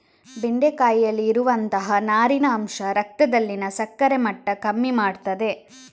ಬೆಂಡೆಕಾಯಿಯಲ್ಲಿ ಇರುವಂತಹ ನಾರಿನ ಅಂಶ ರಕ್ತದಲ್ಲಿನ ಸಕ್ಕರೆ ಮಟ್ಟ ಕಮ್ಮಿ ಮಾಡ್ತದೆ